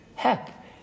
heck